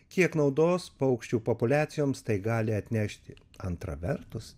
kiek naudos paukščių populiacijoms tai gali atnešti antra vertus